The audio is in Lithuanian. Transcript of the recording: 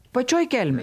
pačioj kelmėj